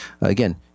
Again